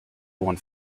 one